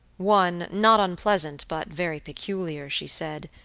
one, not unpleasant, but very peculiar, she said,